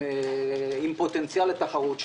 עם פוטנציאל לתחרות,